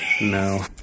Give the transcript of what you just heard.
No